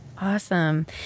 Awesome